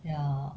ya